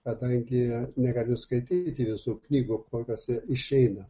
kadangi negaliu skaityti visų knygų kokios išeina